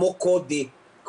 כמו קודים,